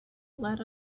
let